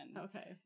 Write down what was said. Okay